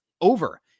over